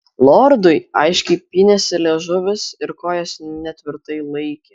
lordui aiškiai pynėsi liežuvis ir kojos netvirtai laikė